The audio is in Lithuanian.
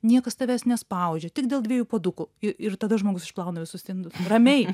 niekas tavęs nespaudžia tik dėl dviejų puodukų i ir tada žmogus išplauna visus indus ramiai